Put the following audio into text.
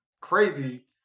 crazy